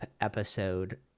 episode